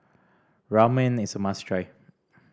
ramen is a must try